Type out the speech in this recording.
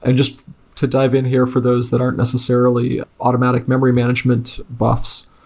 and just to dive in here for those that aren't necessarily automatic memory management buffs.